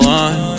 one